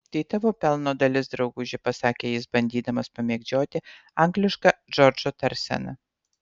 tai tavo pelno dalis drauguži pasakė jis bandydamas pamėgdžioti anglišką džordžo tarseną